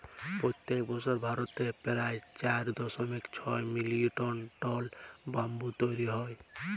পইত্তেক বসর ভারতেল্লে পারায় চার দশমিক ছয় মিলিয়ল টল ব্যাম্বু তৈরি হ্যয়